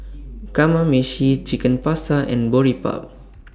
Kamameshi Chicken Pasta and Boribap